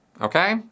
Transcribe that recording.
Okay